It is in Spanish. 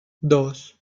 dos